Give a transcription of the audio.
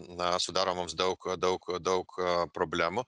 na sudaro mums daug daug daug problemų